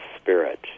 spirit